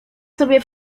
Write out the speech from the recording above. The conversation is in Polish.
sobie